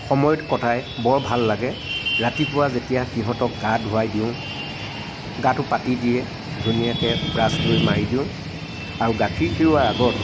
সময়ত কটাই বৰ ভাল লাগে ৰাতিপুৱা যেতিয়া সিহঁতক গা ধুৱাই দিওঁ গাটো পাতি দিয়ে ধুনীয়াকৈ ব্ৰাশ্ব লৈ মাৰি দিওঁ আৰু গাখীৰ খিৰোৱাৰ আগত